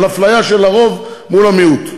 על אפליה של הרוב מול המיעוט,